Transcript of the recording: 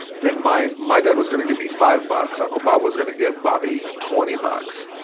than mine my dad was gonna give me five bucks uncle bob was gonna give bobby twenty bucks.